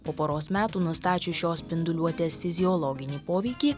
po poros metų nustačius šios spinduliuotės fiziologinį poveikį